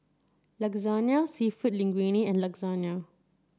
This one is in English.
Lasagne seafood Linguine and Lasagne